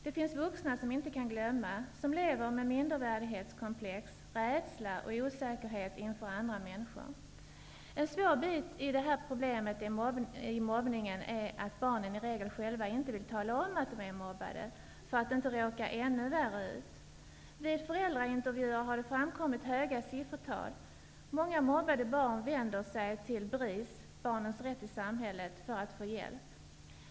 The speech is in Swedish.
Det finns vuxna som inte kan glömma, som lever med mindervärdighetskomplex, rädsla och osäkerhet inför andra människor. En svår bit i problemet med mobbningen är att barnen i regel själva inte vill tala om att de är mobbade, för att inte råka ännu värre ut. Vid föräldraintervjuer har det framkommit många sådana uppgifter. Många mobbade barn vänder sig till BRIS för att få hjälp.